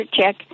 check